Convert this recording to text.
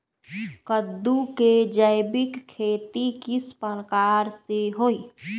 कददु के जैविक खेती किस प्रकार से होई?